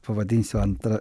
pavadinsiu antra